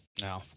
No